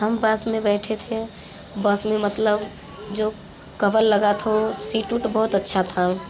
हम पास में बैठे थे बस में मतलब जो कवर लगा था सीट यूट बहुत अच्छा था